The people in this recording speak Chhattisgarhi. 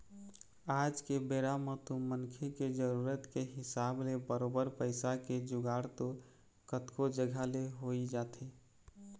आज के बेरा म तो मनखे के जरुरत के हिसाब ले बरोबर पइसा के जुगाड़ तो कतको जघा ले होइ जाथे